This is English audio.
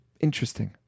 Interesting